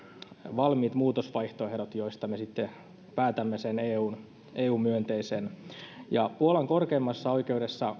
valmiit muutosvaihtoehdot joista me sitten päätämme sen eu myönteisen ja puolan korkeimmassa oikeudessa